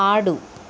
ఆడు